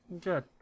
Good